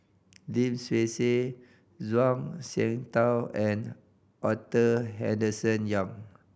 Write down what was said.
Lim Swee Say Zhuang Shengtao and Arthur Henderson Young